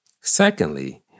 Secondly